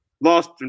lost